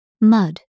mud